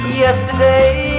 Yesterday